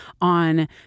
on